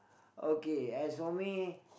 okay as for me